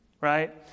Right